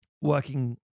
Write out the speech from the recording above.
working